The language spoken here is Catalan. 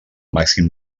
màxim